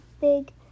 Big